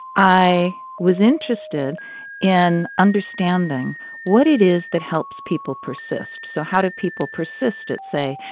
i was interested in understanding what it is that helps people persist. so how do people persist at, say,